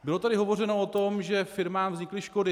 Bylo tady hovořeno o tom, že firmám vznikly škody.